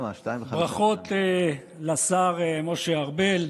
48 בעד, 36 מתנגדים, אין נמנעים.